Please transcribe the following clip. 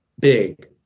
big